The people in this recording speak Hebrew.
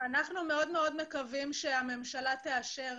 אנחנו מאוד מאוד מקווים שהממשלה תאשר